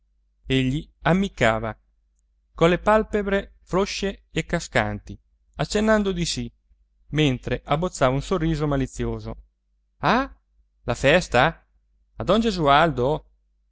nasconderlo egli ammiccava colle palpebre floscie e cascanti accennando di sì mentre abbozzava un sorriso malizioso ah la festa a don gesualdo